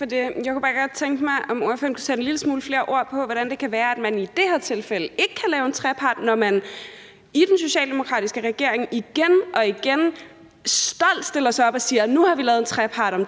det. Jeg kunne bare godt tænke mig at høre, om ordføreren kunne sætte lidt flere ord på, hvordan det kan være, at man i det her tilfælde ikke kan indgå en trepartsaftale, når den socialdemokratiske regering igen og igen stolt stiller sig op og siger: Nu har vi indgået en trepartsaftale om